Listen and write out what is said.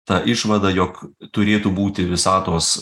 ta išvada jog turėtų būti visatos